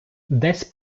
десь